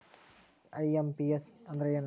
IMPS ಅಂದ್ರ ಏನು?